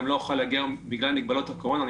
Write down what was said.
לא אוכל להגיע היום בגלל מגבלות הקורונה.